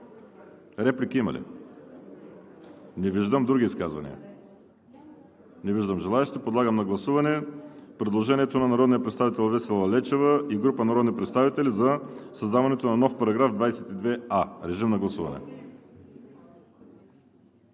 Реплики има ли? Не виждам. Други изказвания? Не виждам желаещи. Подлагам на гласуване предложението на народния представител Весела Лечева и група народни представители за създаването на нов § 22а. Гласували